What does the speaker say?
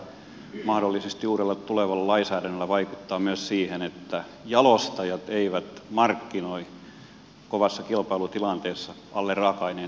voiko tällä mahdollisesti uudella tulevalla lainsäädännöllä vaikuttaa myös siihen että jalostajat eivät markkinoi kovassa kilpailutilanteessa alle raaka aineen hinnan valmiita tuotteita